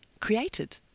created